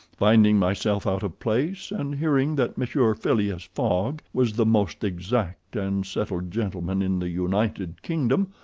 finding myself out of place, and hearing that monsieur phileas fogg was the most exact and settled gentleman in the united kingdom,